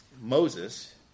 Moses